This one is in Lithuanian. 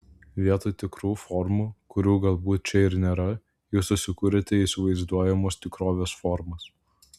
vietoj tikrų formų kurių galbūt čia ir nėra jūs susikuriate įsivaizduojamos tikrovės formas